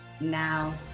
now